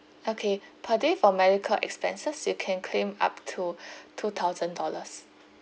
okay per day for medical expenses you can claim up to two thousand dollars